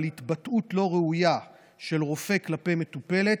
על התבטאות לא ראויה של רופא כלפי מטופלת,